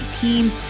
team